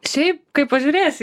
šiaip kaip pažiūrėsi